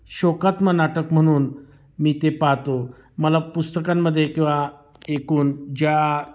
शोकात्मक नाटक म्हणून मी ते पाहातो मला पुस्तकांमध्ये किंवा एकूण ज्या